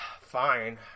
Fine